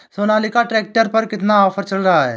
Sonalika tractor पर कितना offer चल रहा है?